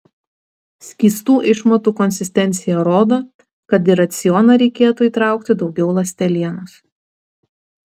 skystų išmatų konsistencija rodo kad į racioną reikėtų įtraukti daugiau ląstelienos